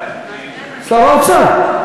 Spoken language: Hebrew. שר האוצר.